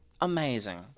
amazing